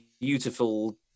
beautiful